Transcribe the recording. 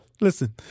Listen